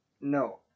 No